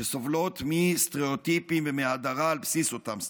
שסובלות מסטריאוטיפים ומהדרה על בסיס אותם סטריאוטיפים.